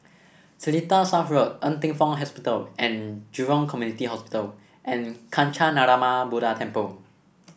Seletar South Road Ng Teng Fong Hospital and Jurong Community Hospital and Kancanarama Buddha Temple